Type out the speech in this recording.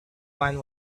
wine